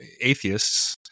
atheists